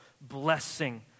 blessing